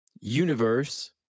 universe